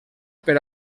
per